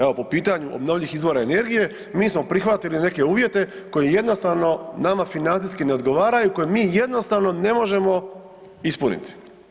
Evo po pitanju obnovljivih izvora energije mi smo prihvatili neke uvjete koji jednostavno nama financijski ne odgovaraju, koje mi jednostavno ne možemo ispuniti.